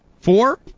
four